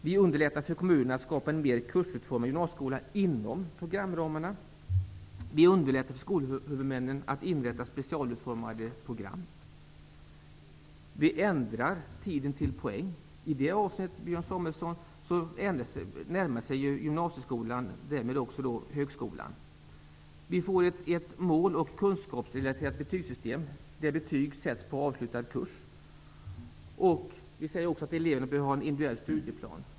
Vi underlättar för kommunerna att skapa en mer kursutformad gymnasieskola inom programramarna. Vi underlättar för skolhuvudmännen att inrätta specialutformade program. Vi ändrar tiden till poäng. I det avseendet, Björn Samuelson, närmar sig gymnasieskolan högskolan. Vi får ett mål och kunskapsrelaterat betygssystem, där betyg sätts på avslutad kurs. Vi säger att eleverna bör ha en individuell studieplan.